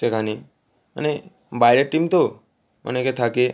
সেখানে মানে বাইরের টিম তো অনেকে থাকে